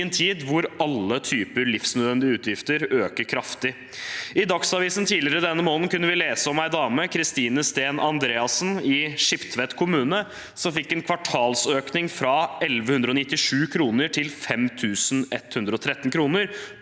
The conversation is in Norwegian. i en tid da alle typer livsnødvendige utgifter øker kraftig. I Dagsavisen tidligere denne måneden kunne vi lese om Kristine Steen-Andreassen i Skiptvet kommune som på to år fikk en kvartalsvis økning fra 1 197 kr til 5 113 kr